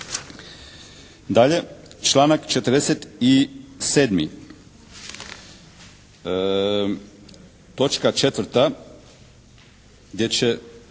Dalje članak 47. točka 4. gdje će